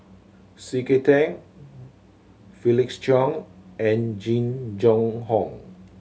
C K Tang Felix Cheong and Jing Jun Hong